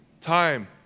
time